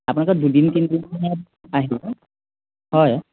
আপোনালোকে দুদিন তিনিদিনৰ কাৰণে আহিব হয়